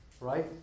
right